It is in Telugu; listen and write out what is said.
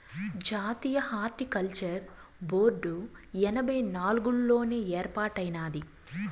జాతీయ హార్టికల్చర్ బోర్డు ఎనభై నాలుగుల్లోనే ఏర్పాటైనాది